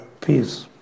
peace